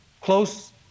close